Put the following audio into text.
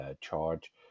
charge